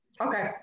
Okay